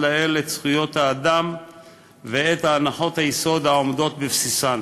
לאל את זכויות האדם ואת הנחות היסוד העומדות בבסיסן.